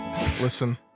Listen